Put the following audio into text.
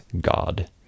God